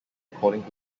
according